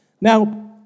Now